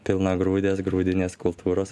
pilnagraudės grūdinės kultūros